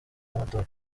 n’amatora